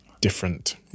different